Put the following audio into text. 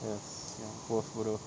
yes both bodoh